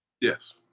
Yes